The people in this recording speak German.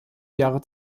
jahre